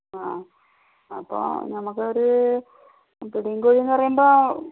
ആ അപ്പം നമുക്ക് ഒരു പിടിയും കോഴിയും എന്ന് പറയുമ്പം